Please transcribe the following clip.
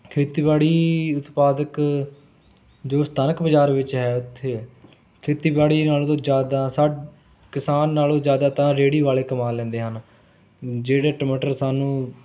ਖੇਤੀਬਾੜੀ ਉਤਪਾਦਕ ਜੋ ਸਥਾਨਕ ਬਜ਼ਾਰ ਵਿੱਚ ਹੈ ਉੱਥੇ ਖੇਤੀਬਾੜੀ ਨਾਲੋਂ ਤਾਂ ਜ਼ਿਆਦਾ ਸਾ ਕਿਸਾਨ ਨਾਲ਼ੋਂ ਜ਼ਿਆਦਾ ਤਾਂ ਰੇਹੜੀ ਵਾਲ਼ੇ ਕਮਾ ਲੈਂਦੇ ਹਨ ਜਿਹੜੇ ਟਮਾਟਰ ਸਾਨੂੰ